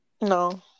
No